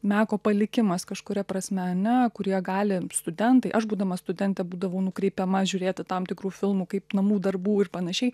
meko palikimas kažkuria prasme ane kur jie gali studentai aš būdama studentė būdavau nukreipiama žiūrėti tam tikrų filmų kaip namų darbų ir panašiai